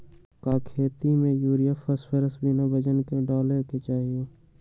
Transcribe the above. का खेती में यूरिया फास्फोरस बिना वजन के न डाले के चाहि?